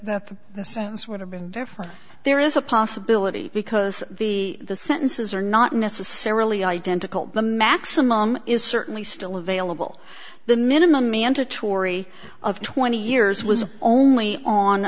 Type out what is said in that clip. that the sentence would have been different there is a possibility because the the sentences are not necessarily identical the maximum is certainly still available the minimum mandatory of twenty years was only on